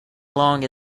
long